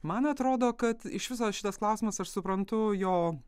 man atrodo kad iš viso šitas klausimas aš suprantu jo